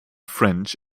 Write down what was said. french